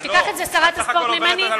שתיקח את זה שרת הספורט ממני,